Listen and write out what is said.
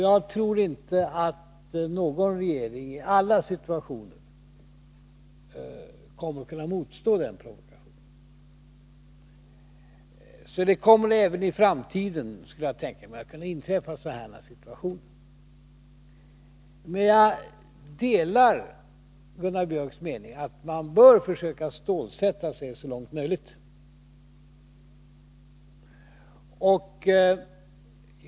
Jag tror inte att någon regering i alla situationer kommer att kunna motstå den provokationen. Det kommer alltså även i framtiden, skulle jag kunna tänka mig, att kunna inträffa sådana här situationer. Men jag delar Gunnar Biörcks mening att man bör försöka stålsätta sig så långt möjligt.